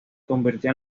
convirtió